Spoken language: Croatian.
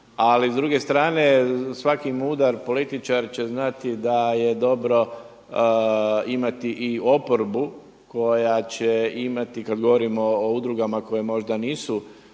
ali s druge strane svaki mudar političar će znati da je dobro imati i oporbu koja će imati kada govorimo o udrugama koje možda nisu